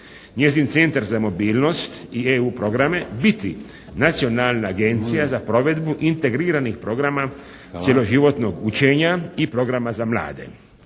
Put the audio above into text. njezin Centar za mobilnost i EU programe biti nacionalna agencija za provedbu integriranih programa cjeloživotnog učenja i programa za mlade.